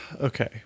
okay